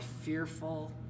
fearful